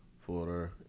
Florida